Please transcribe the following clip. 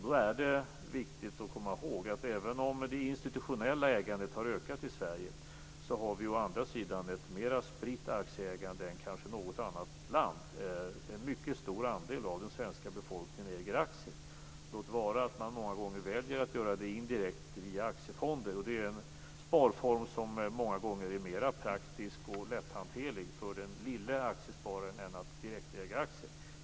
Då är det viktigt att komma ihåg att även om det institutionella ägandet har ökat i Sverige har vi å andra sidan ett mera spritt aktieägande än kanske något annat land. En mycket stor andel av den svenska befolkningen äger aktier. Låt vara att man många gånger väljer att göra det indirekt via aktiefonder, och det är en sparform som många gånger är mera praktisk och lätthanterlig för den lille aktiespararen än att direktäga aktier.